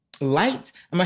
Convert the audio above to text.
light